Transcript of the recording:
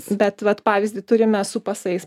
bet vat pavyzdį turime su pasais